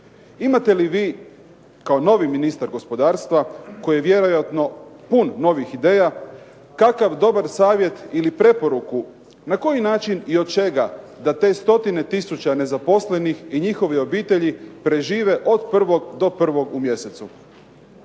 imate li vi kao novi ministar gospodarstva koji je vjerojatno pun novih ideja kakav dobar savjet ili preporuku na koji način i od čega da te stotine tisuća nezaposlenih i njihovih obitelji prežive od prvog do prvog u mjesecu?